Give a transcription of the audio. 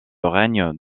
règne